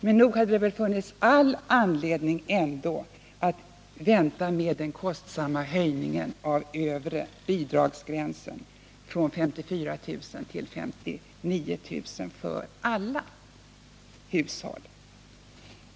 Men nog hade det väl funnits all anledning att vänta med den kostsamma höjningen av övre bidragsgränsen från 54 000 till 59 000 kr. för alla hushåll.